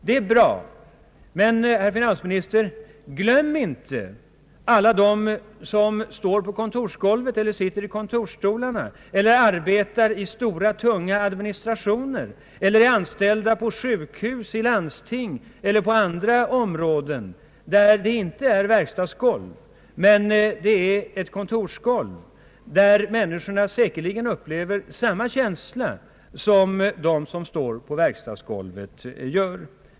Det är bra, men glöm inte, herr finansminister, alla de människor som står på kontorsgolv, arbetar i stora tunga administrationer eller är anställda på sjukhus, i landsting eller på andra områden, där det inte är fråga om ett verkstadsgolv utan ett kontorsgolv och där människorna säkerligen upplever samma känsla som de gör som står på ett verkstadsgolv.